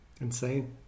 insane